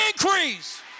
increase